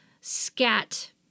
scat